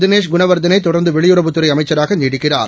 தினேஷ் குணவர்த்தனேதொடர்ந்துவெளியுறவுத் துறைஅமைச்சராகநீடிக்கிறார்